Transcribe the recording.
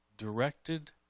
directed